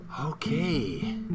Okay